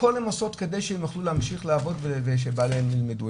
הכל הן עושות כדי שהם יוכלו להמשיך לעבוד ושבעליהן ילמדו,